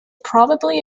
probably